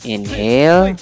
Inhale